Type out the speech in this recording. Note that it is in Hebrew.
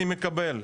אני מקבל.